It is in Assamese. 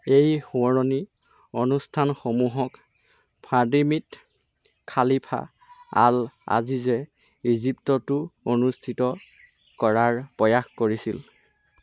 এই সোঁৱৰণি অনুষ্ঠানসমূহক ফাদিমিদ খালিফা আল আজিজে ইজিপ্ততো অনুষ্ঠিত কৰাৰ প্ৰয়াস কৰিছিল